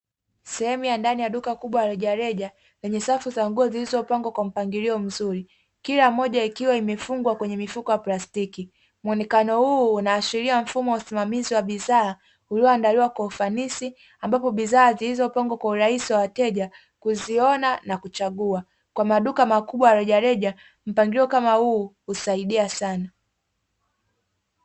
Sehemu ya ndani ya duka kubwa la rejareja lenye safu za nguo zilizopangwa kwa mpangilio mzuri, kila moja ikiwa imefungwa kwenye mifuko wa plastiki. Mwonekano huu unaashiria mfumo wa usimamizi wa bidhaa ulioandaliwa kwa ufanisi, ambapo bidhaa zilizopangwa kwa urahisi wa wateja kuziona na kuchagua. Kwa maduka makubwa ya rejareja, mpangilio kama huu husaidia sana.